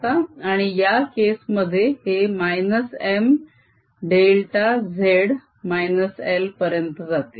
आणि या केस मध्ये हे -Mδz L पर्यंत जाते